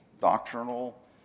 doctrinal